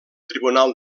tribunal